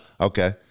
Okay